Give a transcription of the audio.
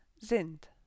Sind